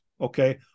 okay